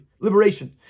liberation